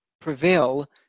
prevail